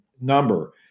number